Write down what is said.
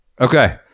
Okay